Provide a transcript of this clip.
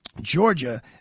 Georgia